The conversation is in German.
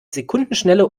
sekundenschnelle